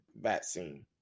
vaccine